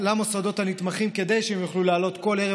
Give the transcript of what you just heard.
למוסדות הנתמכים כדי שהם יוכלו לעלות כל ערב,